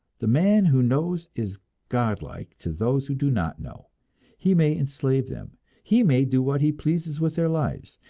the man who knows is godlike to those who do not know he may enslave them, he may do what he pleases with their lives,